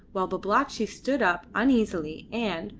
while babalatchi stood up uneasily and,